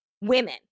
women